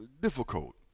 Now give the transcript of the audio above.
difficult